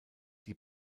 die